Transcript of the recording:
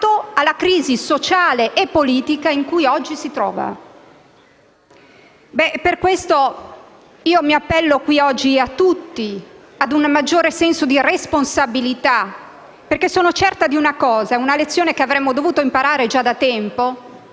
alla crisi sociale e politica in cui oggi si trova. Per questo, mi appello qui oggi a tutti, a un maggiore senso di responsabilità perché sono certa di una cosa, che vi è una lezione che avremmo dovuto imparare già da tempo